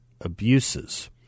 abuses